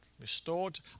restored